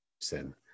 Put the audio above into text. sin